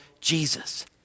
Jesus